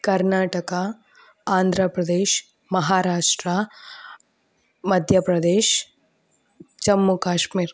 Karnataka Andhra Pradesh Maharashtra Madhya Pradesh Jammu Kashmir